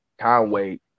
Conway